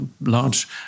large